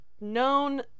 known